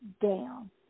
down